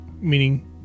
meaning